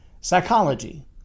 psychology